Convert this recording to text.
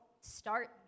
start